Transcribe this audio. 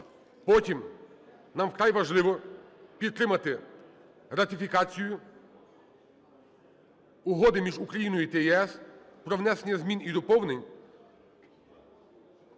Потім нам вкрай важливо підтримати ратифікацію Угоди між Україною та ЄС про внесення змін і доповнень